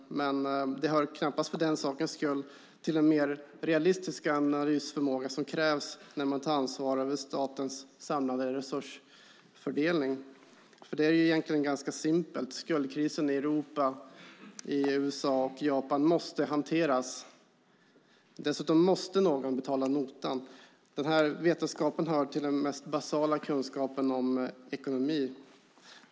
Men det hör knappast för den sakens skull till den mer realistiska analysförmåga som krävs när man tar ansvar för statens samlade resursfördelning. Det är egentligen ganska simpelt: Skuldkrisen i Europa, USA och Japan måste hanteras. Dessutom måste någon betala notan. Den här vetskapen hör till den mest basala kunskapen om ekonomi.